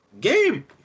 game